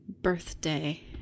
birthday